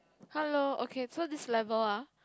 hello okay so this level ah